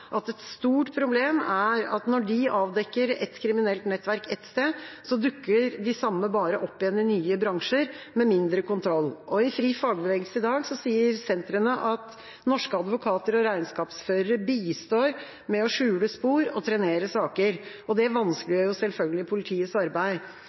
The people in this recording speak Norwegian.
at det er et stort problem at når de avdekker et kriminelt nettverk ett sted, dukker de samme bare opp igjen i nye bransjer med mindre kontroll. På FriFagbevegelse.no i dag sier sentrene at norske advokater og regnskapsførere bistår med å skjule spor og trenere saker, og det